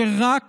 שרק